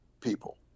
people